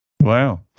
Wow